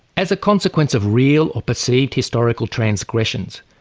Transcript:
as a consequence of real or perceived historical transgressions,